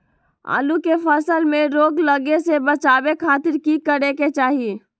आलू के फसल में रोग लगे से बचावे खातिर की करे के चाही?